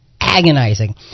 agonizing